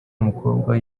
umukobwa